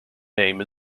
name